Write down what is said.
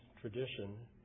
tradition